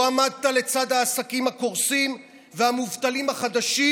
לא עמדת לצד העסקים הקורסים והמובטלים החדשים.